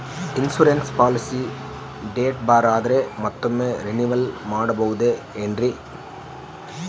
Insurance policy date ಬಾರ್ ಆದರೆ ಮತ್ತೊಮ್ಮೆ ರಿನಿವಲ್ ಮಾಡಿಸಬಹುದೇ ಏನ್ರಿ?